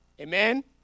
Amen